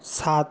সাত